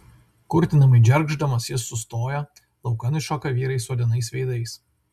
kurtinamai džergždamas jis sustoja laukan iššoka vyrai suodinais veidais